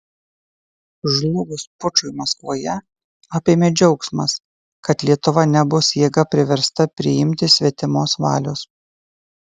žlugus pučui maskvoje apėmė džiaugsmas kad lietuva nebus jėga priversta priimti svetimos valios